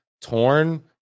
torn